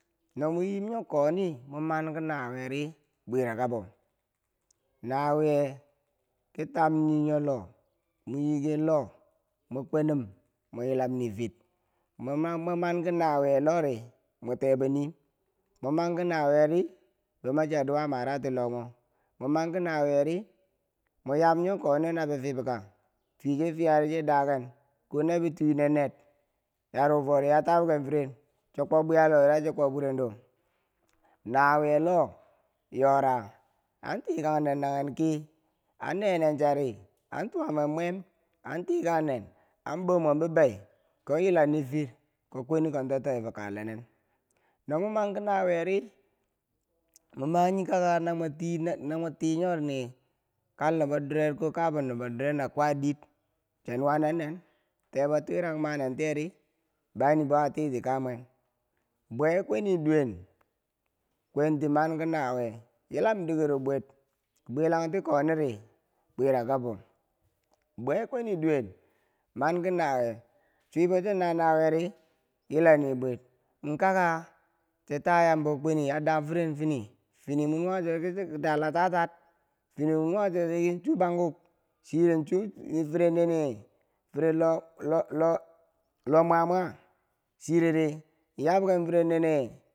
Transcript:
No mwe nyim nyo koni mo manki nawiyeri, bwirakabo nawiye kitam nii nyo lo mwe yiken nyolo mwe kwenin mwe yilam nifir mwe manki nawiye lori mwekebwoni mwe manki nawiyeri bo ma chia duwa mara ti lomo mwe man ki nawiyeri mo yam nyokoni nabi fifka fiyeu chefiyari chedaken konabi twi yii nenner yaru fori ya tabken firen cho kwob bwiyalewo ri yachi kwobwurendo nawiye loh yora an tikan nen naghen ki a ne- nenchari a tuwamwen mwem a tikan nen an bomwenbibei ko yila nifir ko kweni kontatoi fo kaalenen no mwe manki nawuyeri mwe mayi ka- ka na mwetiyo kal nubodure ko kabum nubodure na mwe kwadir chiya nuwanen nin kebo twirak manentiyeri bani bou, a titikamwe bwei kwini doyen kwinti manki nawuye yilam dikero bwir, bwelan tikoniri bwirakabo bwei kweniduwen mankinawuye chwibo china, na nawiye ri a yila nibwir ka- ka che tayambo kweni ya ya dam firen fini, fini mwe nuwa cho ki chiki da latatar fini mwe nuwachoki chu banguk chir chu. u firen nini lo mwa- mwa chireri yabken firen ninii.